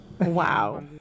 Wow